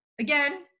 again